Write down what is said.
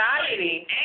anxiety